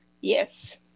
Yes